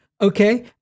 Okay